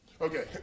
Okay